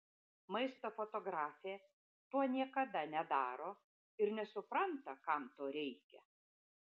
maisto fotografė to niekada nedaro ir nesupranta kam to reikia